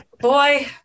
boy